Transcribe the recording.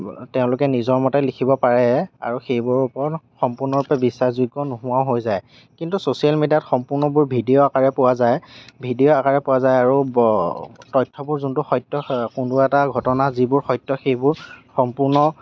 তেওঁলোকে নিজৰ মতে লিখিব পাৰে আৰু সেইবোৰৰ ওপৰত সম্পূৰ্ণৰূপে বিশ্বাসযোগ্য নোহোৱাও হৈ যায় কিন্তু চচিয়েল মিডিয়াত সম্পূৰ্ণবোৰ ভিডিঅ' আকাৰে পোৱা যায় ভিডিঅ' আকাৰে পোৱা যায় আৰু তথ্যবোৰ যোনটো সত্য কোনো এটা ঘটনা যিবোৰ সত্য সেইবোৰ সম্পূৰ্ণ